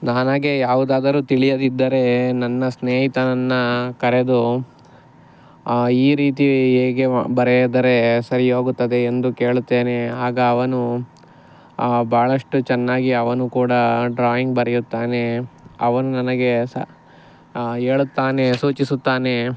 ನನಗೆ ಯಾವುದಾದರೂ ತಿಳಿಯದಿದ್ದರೆ ನನ್ನ ಸ್ನೇಹಿತನನ್ನು ಕರೆದು ಈ ರೀತಿ ಹೇಗೆ ಬರೆದರೆ ಸರಿಹೋಗುತ್ತದೆ ಎಂದು ಕೇಳುತ್ತೇನೆ ಆಗ ಅವನು ಭಾಳಷ್ಟು ಚೆನ್ನಾಗಿ ಅವನು ಕೂಡ ಡ್ರಾಯಿಂಗ್ ಬರೆಯುತ್ತಾನೆ ಅವನು ನನಗೆ ಸಹಾ ಹೇಳುತ್ತಾನೆ ಸೂಚಿಸುತ್ತಾನೆ